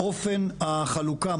אופן החלוקה,